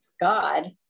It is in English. God